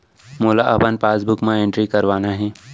मोला अपन पासबुक म एंट्री करवाना हे?